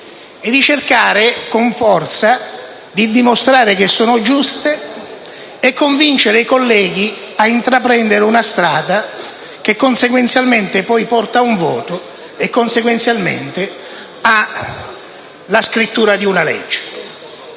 di cercare con forza di dimostrare che sono giuste e convincere i colleghi ad intraprendere una strada che consequenzialmente porta ad un voto e alla scrittura di una legge.